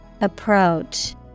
Approach